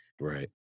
Right